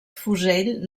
fusell